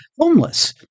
homeless